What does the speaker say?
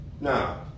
Now